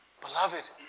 Beloved